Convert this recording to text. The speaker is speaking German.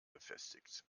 befestigt